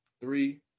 Three